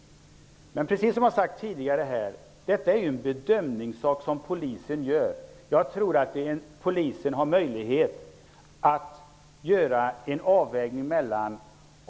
Men precis som det har sagts tidigare, är det ju fråga om att Polisen skall göra en bedömning. Jag tror att Polisen har möjlighet att göra en avvägning.